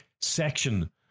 section